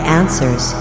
answers